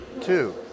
Two